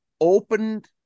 opened